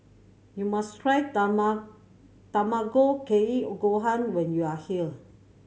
you must try Tamago Kake Gohan when you are here